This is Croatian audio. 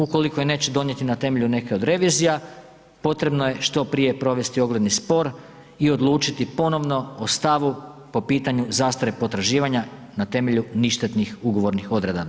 Ukoliko je neće donijeti na temelju neke od revizija, potrebno je što prije provesti ogledni spor i odlučiti ponovno o stavu po pitanju zastare potraživanja na temelju ništetnih ugovornih odredaba.